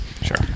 Sure